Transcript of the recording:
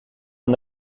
van